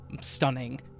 stunning